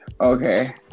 Okay